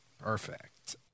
Perfect